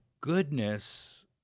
goodness